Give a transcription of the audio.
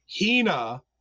hina